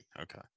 okay